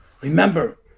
Remember